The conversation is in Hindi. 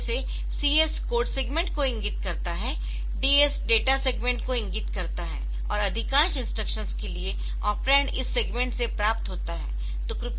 जैसे CS कोड सेगमेंट को इंगित करता है DS डेटा सेगमेंट को इंगित करता है और अधिकांश इंस्ट्रक्शंस के लिए ऑपरेंड इस सेगमेंट से प्राप्त होता है